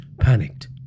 panicked